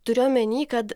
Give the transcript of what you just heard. turiu omeny kad